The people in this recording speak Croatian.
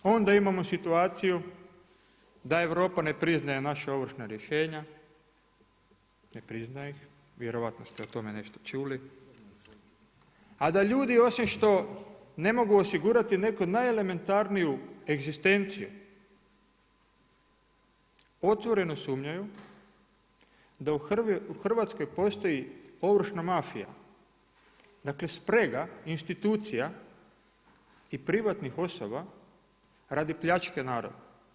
Onda imamo situaciju da Europa ne priznaje naša ovršna rješenja, ne priznaje ih, vjerojatno ste o tome nešto čuli, a da ljudi osim što ne mogu osigurati neku najelementarniju egzistenciju, otvoreno sumnjaju da u Hrvatskoj postoji ovršna mafija, dakle sprega institucija i privatnih osoba radi pljačke naroda.